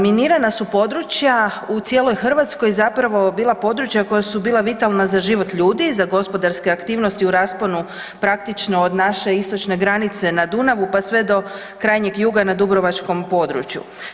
Minirana su područja u cijeloj Hrvatskoj zapravo bila područja koja su bila vitalna za život ljudi, za gospodarske aktivnosti u rasponu praktično od naše istočne granice na Dunavu pa sve do krajnjeg juga na dubrovačkom području.